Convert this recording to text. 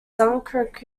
dunkirk